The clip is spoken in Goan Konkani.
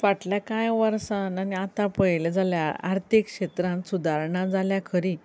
फाटले कांय वर्सान आनी आतां पळयलें जाल्यार आर्थीक क्षेत्रांत सुधारणां जाल्यात खरी